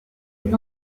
est